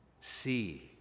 see